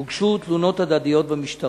הוגשו תלונות הדדיות במשטרה.